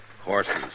horses